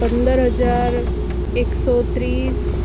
પંદર હજાર એકસો ત્રીસ